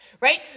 right